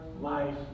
life